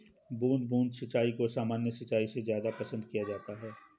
बूंद बूंद सिंचाई को सामान्य सिंचाई से ज़्यादा पसंद किया जाता है